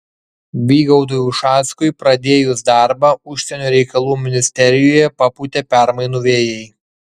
vygaudui ušackui pradėjus darbą užsienio reikalų ministerijoje papūtė permainų vėjai